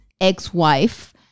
ex-wife